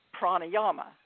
pranayama